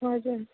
हजुर